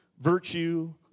virtue